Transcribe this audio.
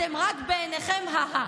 אתם רק בעיניכם ה- ה-,